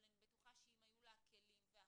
אבל אני בטוחה שאם היו לה הכלים וההכוונה,